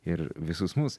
ir visus mus